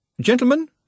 Gentlemen